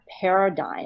paradigm